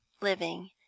living